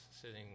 sitting